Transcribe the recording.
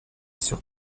sur